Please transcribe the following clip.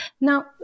Now